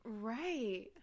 Right